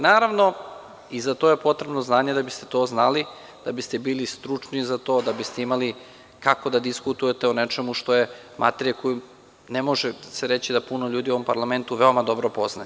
Naravno, i za to je potrebno znanje da biste to znali, da biste bili stručni za to, da biste imali kako da diskutujete o nečemu što je materija koju ne može se reći da puno ljudi u ovom parlamentu veoma dobro poznaje.